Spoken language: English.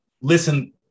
listen